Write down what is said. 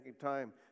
time